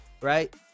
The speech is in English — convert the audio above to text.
right